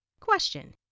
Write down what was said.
Question